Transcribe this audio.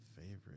Favorite